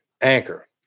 anchor